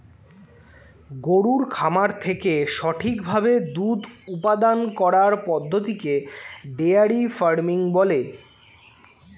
গরুর খামার থেকে সঠিক ভাবে দুধ উপাদান করার পদ্ধতিকে ডেয়ারি ফার্মিং বলে